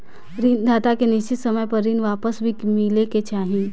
ऋण दाता के निश्चित समय पर ऋण वापस भी मिले के चाही